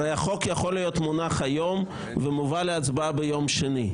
הרי החוק יכול להיות מונח היום ולהיות מובא להצבעה ביום שני.